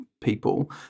people